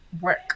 work